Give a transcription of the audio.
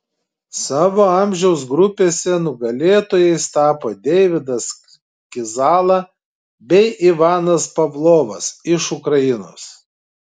savo amžiaus grupėse nugalėtojais tapo deividas kizala bei ivanas pavlovas iš ukrainos